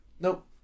Nope